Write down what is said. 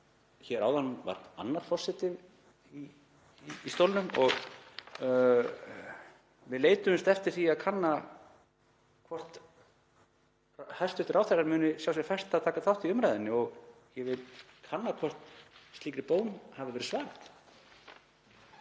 hér áðan var annar forseti í stólnum og við leituðumst eftir því að kannað yrði hvort hæstv. ráðherra myndi sjá sér fært að taka þátt í umræðunni. Ég vil kanna hvort slíkri bón hafi verið svarað.